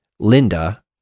Linda